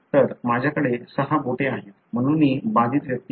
तर माझ्याकडे सहा बोटे आहेत म्हणून मी बाधित व्यक्ती आहे